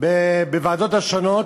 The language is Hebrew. בוועדות השונות.